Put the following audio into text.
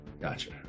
gotcha